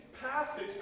passage